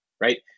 right